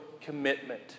commitment